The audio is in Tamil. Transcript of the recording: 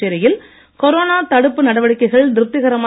புதுச்சேரியில் கொரோனா தடுப்பு நடவடிக்கைகள் திருப்திகரமாக